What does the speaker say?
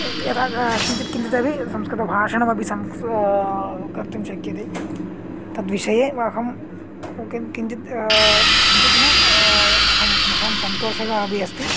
यदा का किञ्चित् किञ्चिदपि संस्कृतभाषणमपि सं कर्तुं शक्यते तद्विषये व अहं किं किञ्चित् किञ्चित् न अहं महान् सन्तोषः अपि अस्ति